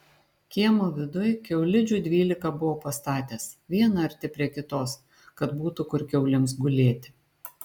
kiemo viduj kiaulidžių dvylika buvo pastatęs vieną arti prie kitos kad būtų kur kiaulėms gulėti